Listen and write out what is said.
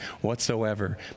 whatsoever